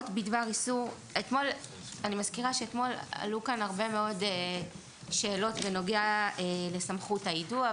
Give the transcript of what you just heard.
אני מזכירה שאתמול עלו כאן הרבה מאוד שאלות בנוגע לסמכות היידוע,